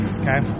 okay